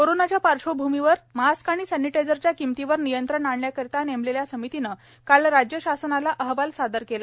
mask किमती कोरोनाच्या पार्श्वभूमीवर मास्क आणि सॅनिटायझरच्या किंमतीवर नियंत्रण आणण्याकरिता नेमलेल्या समितीनं काल राज्य शासनाला अहवाल सादर केला